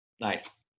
Nice